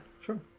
sure